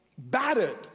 battered